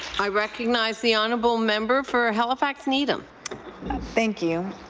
i recognize the honourable member for halifax-needham. thank you.